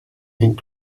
and